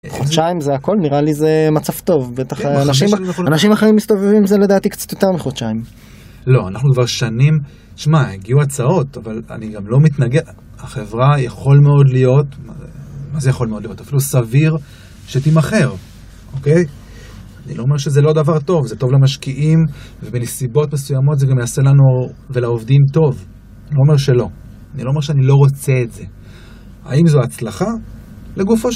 חודשיים זה הכל, נראה לי זה מצב טוב, בטח אנשים אחרים מסתובבים בזה לדעתי קצת יותר מחודשיים לא, אנחנו כבר שנים, שמע, הגיעו הצעות, אבל אני גם לא מתנגד, החברה יכול מאוד להיות, מה זה יכול מאוד להיות, אפילו סביר שתימכר, אוקיי? אני לא אומר שזה לא דבר טוב, זה טוב למשקיעים ובנסיבות מסוימות זה גם יעשה לנו ולעובדים טוב, אני לא אומר שלא, אני לא אומר שאני לא רוצה את זה, האם זו הצלחה? לגופו של...